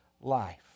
life